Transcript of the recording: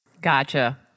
Gotcha